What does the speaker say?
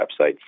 websites